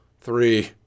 three